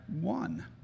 one